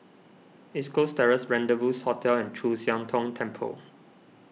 East Coast Terrace Rendezvous Hotel and Chu Siang Tong Temple